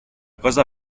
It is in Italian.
cosa